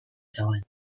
zegoen